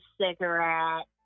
cigarette